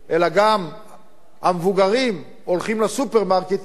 אלא גם המבוגרים הולכים לסופרמרקטים,